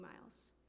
miles